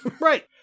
Right